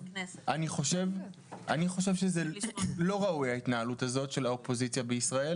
אני חושב שההתנהלות הזאת של האופוזיציה בישראל